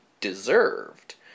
deserved